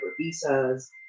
visas